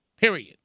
period